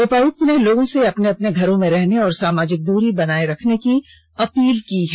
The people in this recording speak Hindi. उपायुक्त ने लोगों से अपने अपने घरों में रहने और सामाजिक दूरी बनाये रखने की अपील की है